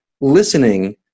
listening